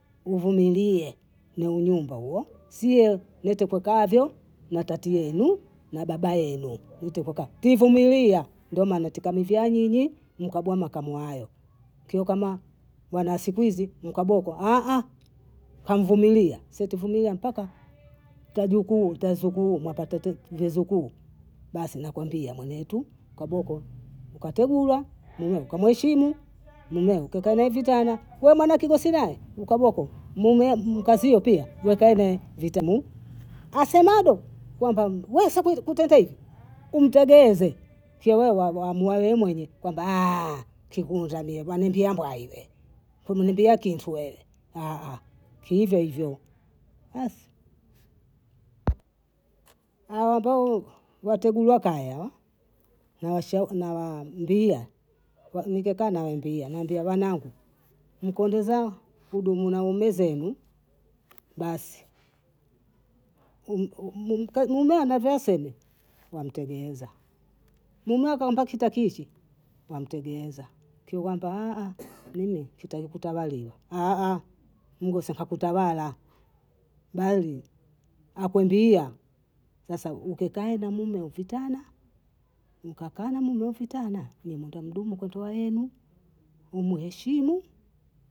Uvumilie mwenye nyumba huyo, siye metokokavyo matati yenu na baba yenu, twitokoka, tuivumilia ndo maaana tikamuvyaa nyinyi mkabwa makamu hayo, kio kama wana wa siku hizi mkaboko, nkamvumilia si tuivumilia mpaka twajuku twazukuu mwapata te vizukuu, basi nakwambia mwenetu kaboko, ukategulwa, mmeo ukamuheshimu, mmeo ukakaa nae vitana, we mwana kijesinae ukaboko mkazio pia mwekane vitamu, asemado kwamba we sikukutendia hivyo, umtegeze kiwawe wamla we mwenye kwamba kikunja mie banambia mbai wee, hunaniambia kitu wee kihivyo hivyo basi, ambao wategulwa kaya nawaambia, nkikaa nawaambia wanangu mkulizaa rudi mna waume zenu, basi mmeo anavaaseme wantagieza, mmeo wako mpakitakichi, wantagieza, kiwamba mie kitaki kutawaliwa, mgosi kakutawala, bali akwambia, sasa ukita mume vitana, mkakaa na mme vitana, nimenda mdumu kutoa yenu, umuheshimu